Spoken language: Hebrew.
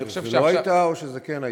אני חושב, שזו לא הייתה, או שזו כן הייתה?